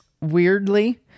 weirdly